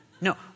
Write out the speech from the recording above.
No